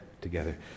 together